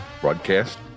broadcast